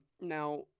Now